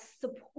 support